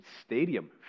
stadium